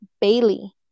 Bailey